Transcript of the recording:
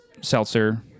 seltzer